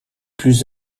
plus